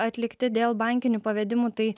atlikti dėl bankinių pavedimų tai